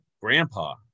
grandpa